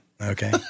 Okay